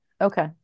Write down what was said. okay